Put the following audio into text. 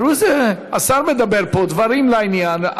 השר מדבר פה דברים לעניין.